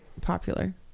popular